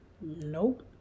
Nope